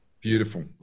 Beautiful